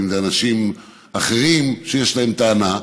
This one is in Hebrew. אם זה אנשים אחרים שיש להם טענה,